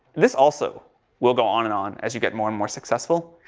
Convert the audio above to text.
this also will go on and on as you get more and more successful,